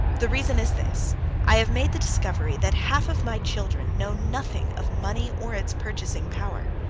the reason is this i have made the discovery that half of my children know nothing of money or its purchasing power.